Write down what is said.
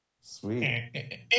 sweet